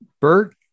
Bert